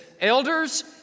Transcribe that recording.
elders